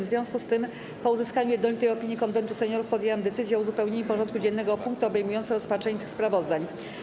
W związku z tym, po uzyskaniu jednolitej opinii Konwentu Seniorów, podjęłam decyzję o uzupełnieniu porządku dziennego o punkty obejmujące rozpatrzenie tych sprawozdań.